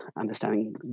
understanding